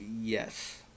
Yes